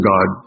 God